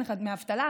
אין לך דמי אבטלה,